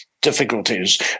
difficulties